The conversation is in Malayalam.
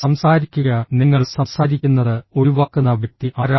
സംസാരിക്കുക നിങ്ങൾ സംസാരിക്കുന്നത് ഒഴിവാക്കുന്ന വ്യക്തി ആരാണ്